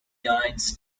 guides